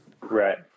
Right